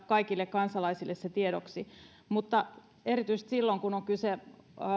kaikille kansalaisille tiedoksi erityisesti silloin kun on kyse